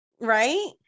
right